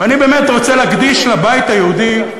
ואני באמת רוצה להקדיש לבית היהודי,